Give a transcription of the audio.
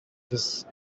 does